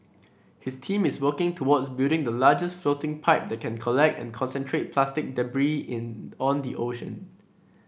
his team is working towards building the largest floating pipe that can collect and concentrate plastic debris in on the ocean